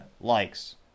likes